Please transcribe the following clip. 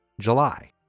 July